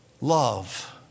Love